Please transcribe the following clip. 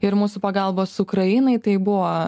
ir mūsų pagalbos ukrainai tai buvo